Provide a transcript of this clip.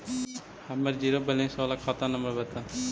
हमर zero balance बाला खाता नम्बर बत?